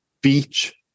beach